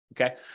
Okay